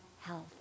health